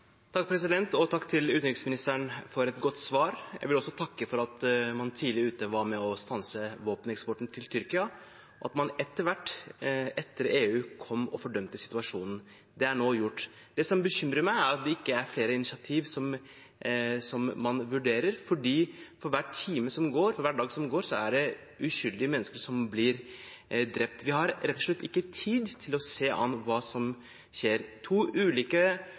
Takk til utenriksministeren for et godt svar. Jeg vil også takke for at man var tidlig ute med å stanse våpeneksporten til Tyrkia, og at man etter hvert, etter EU, kom ut og fordømte situasjonen. Det er nå gjort. Det som bekymrer meg, er at man ikke vurderer flere initiativ, fordi for hver time som går, for hver dag som går, er det uskyldige mennesker som blir drept. Vi har rett og slett ikke tid til å se an hva som skjer. To ulike